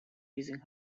using